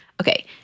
Okay